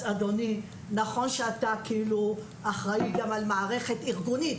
אדוני, נכון שאתה אחראי גם על מערכת ארגונית,